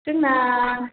जोंना